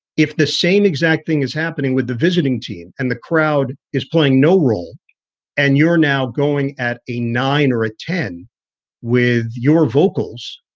if the same exact thing is happening with the visiting team and the crowd is playing no role and you're now going at a nine or a ten with your vocals,